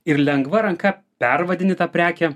ir lengva ranka pervadinti tą prekę